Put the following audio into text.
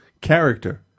character